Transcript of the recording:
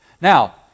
Now